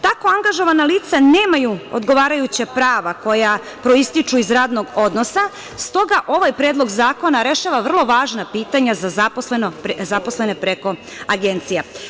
Tako angažovana lica nemaju odgovarajuća prava koja proističu iz radnog odnosa, stoga ovaj predlog zakona rešava vrlo važna pitanja za zaposlene preko agencija.